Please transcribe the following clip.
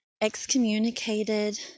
excommunicated